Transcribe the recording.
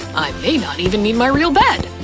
i may not even need my real bed!